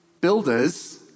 Builders